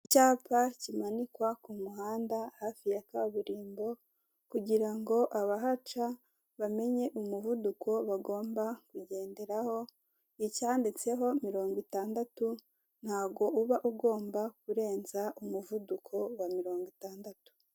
Icyapa kimanikwa ku muhanda hafi ya kaburimbo kugira ngo abahaca bamenye umuvuduko bagomba kugenderaho, icyanditseho mirongo itandatu ntabwo uba ugomba kurenza umuvuduko wa mirongo itandatu.